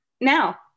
Now